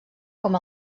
com